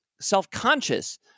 self-conscious